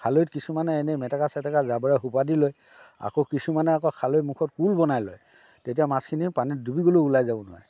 খালৈত কিছুমানে এনেই মেটেকা চেতেকা জাবৰা সোপা দি লয় আকৌ কিছুমানে আকৌ খালৈৰ মুখত কোল বনাই লয় তেতিয়া মাছখিনি পানীত ডুবি গ'লেও ওলাই যাব নোৱাৰে